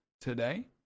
today